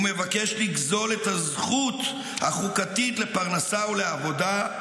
הוא מבקש לגזול את הזכות החוקתית לפרנסה ולעבודה,